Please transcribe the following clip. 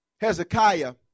Hezekiah